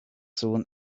soon